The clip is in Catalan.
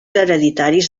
hereditaris